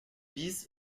bis